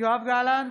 יואב גלנט,